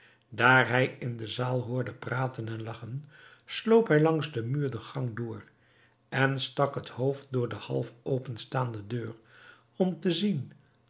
hij in de zaal hoorde praten en lagchen sloop hij langs den muur den gang door en stak het hoofd door de half openstaande deur om te zien